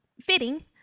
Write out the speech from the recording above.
fitting